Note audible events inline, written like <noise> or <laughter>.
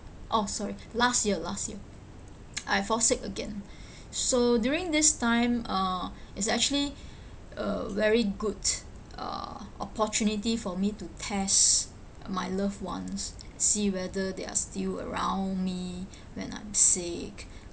oh sorry last year last year <noise> I fall sick again <breath> so during this time uh is actually a very good uh opportunity for me to test my loved ones see whether they are still around me when I'm sick <breath>